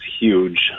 huge